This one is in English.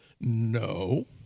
No